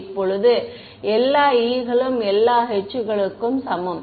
இப்போது எல்லா e களும் எல்லா h களுக்கும் சமம்